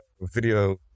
video